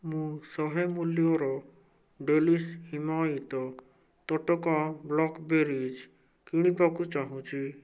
ମୁଁ ଶହେ ମୂଲ୍ୟର ଡେଲିଶ ହିମାୟିତ ତଟକା ବ୍ଲାକ୍ବେରିଜ କିଣିବାକୁ ଚାହୁଁଛି